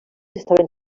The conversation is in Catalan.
estaven